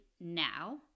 now